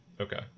Okay